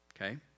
Okay